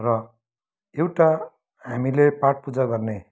र एउटा हामीले पाठ पुजा गर्ने